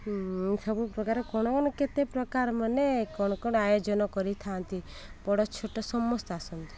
ସବୁ ପ୍ରକାର କ'ଣ କ'ଣ କେତେ ପ୍ରକାର ମାନେ କ'ଣ କ'ଣ ଆୟୋଜନ କରିଥାନ୍ତି ବଡ଼ ଛୋଟ ସମସ୍ତେ ଆସନ୍ତି